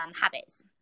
habits